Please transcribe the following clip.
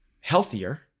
healthier